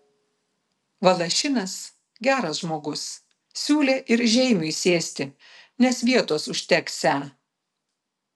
valašinas geras žmogus siūlė ir žeimiui sėsti nes vietos užteksią